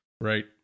Right